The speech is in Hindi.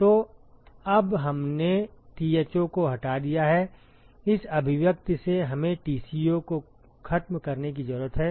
तो अब हमने Tho को हटा दिया है इस अभिव्यक्ति से हमें Tco को खत्म करने की जरूरत है